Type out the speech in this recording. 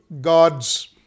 God's